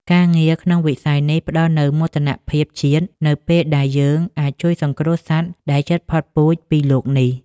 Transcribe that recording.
ការងារក្នុងវិស័យនេះផ្តល់នូវមោទនភាពជាតិ នៅពេលដែលយើងអាចជួយសង្គ្រោះសត្វដែលជិតផុតពូជពីលោកនេះ។